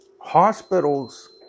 hospitals